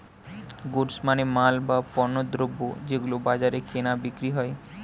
goods মানে মাল, বা পণ্যদ্রব যেগুলো বাজারে কেনা বিক্রি হয়